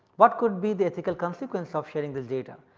what could be the ethical consequence of sharing this data?